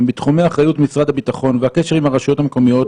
בתחומי אחריות משרד הביטחון והקשר עם הרשויות המקומיות,